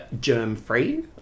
germ-free